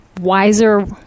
wiser